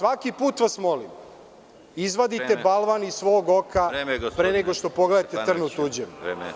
Svaki put vas molim izvadite balvan iz svog oka, pre nego što pogledate trn u tuđem.